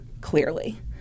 clearly